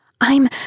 I'm-